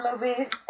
movies